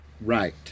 Right